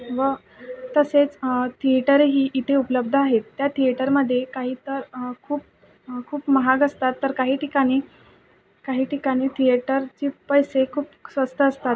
व तसेच थिएटरही इथे उपलब्ध आहेत त्या थिएटरमध्ये काही तर खूप खूप महाग असतात तर काही ठिकाणी काही ठिकाणी थिएटरचे पैसे खूप स्वस्त असतात